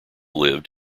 lived